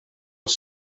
els